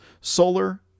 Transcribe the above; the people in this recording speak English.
solar